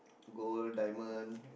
gold diamond